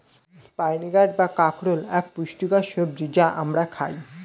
spiny gourd বা কাঁকরোল এক পুষ্টিকর সবজি যা আমরা খাই